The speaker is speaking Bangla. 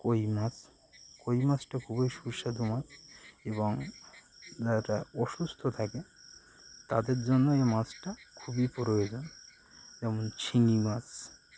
কই মাছ কই মাছটা খুবই সুস্বাদু মাছ এবং যারা অসুস্থ থাকে তাদের জন্য এই মাছটা খুবই প্রয়োজন যেমন সিংগি মাাস